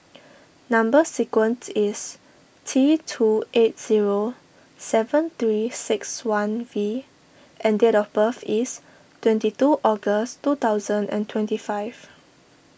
Number Sequence is T two eight zero seven three six one V and date of birth is twenty two August two thousand and twenty five